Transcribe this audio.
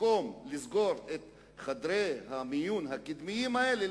שבמקום לסגור את חדרי המיון הקדמיים האלה,